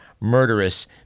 murderous